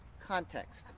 context